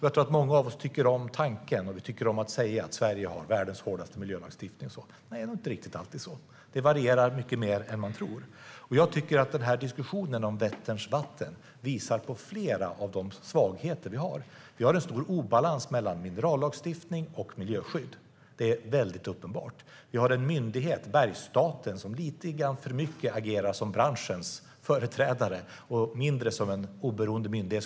Jag tror att många av oss tycker om tanken och att säga att Sverige har världens hårdaste miljölagstiftning. Det är inte riktigt alltid så. Det varierar mycket mer än man tror. Diskussionen om Vätterns vatten visar på flera av de svagheter vi har. Vi har en stor obalans mellan minerallagstiftning och miljöskydd. Det är väldigt uppenbart. Vi har en myndighet, Bergsstaten, som lite grann för mycket agerar som branschens företrädare och mindre som en oberoende myndighet.